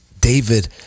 David